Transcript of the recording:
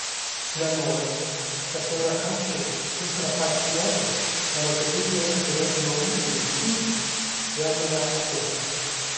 nenoriu kad siaurakakčiai ultrapatriotai mano tėvynėje turėtų naujų dingsčių vėl mane atakuoti